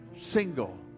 single